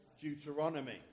Deuteronomy